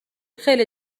خیلی